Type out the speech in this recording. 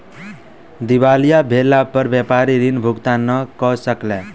दिवालिया भेला पर व्यापारी ऋण भुगतान नै कय सकला